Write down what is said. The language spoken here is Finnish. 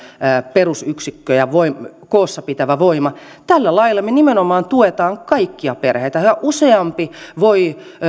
perusyksikkö ja koossa pitävä voima tällä lailla me nimenomaan tuemme kaikkia perheitä ja yhä useampi voi